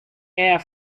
air